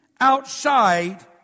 outside